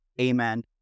amen